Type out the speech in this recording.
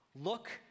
Look